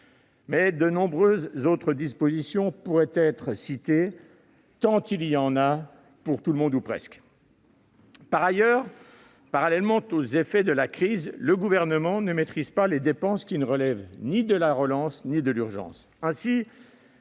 Mais de nombreuses autres dispositions pourraient être citées : il y en a pour tout le monde, ou presque ! Par ailleurs, parallèlement aux effets de la crise, le Gouvernement ne maîtrise pas les dépenses qui ne relèvent pas de l'urgence ou de la relance.